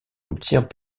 obtient